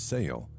Sale